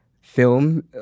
film